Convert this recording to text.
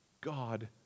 God